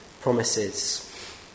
promises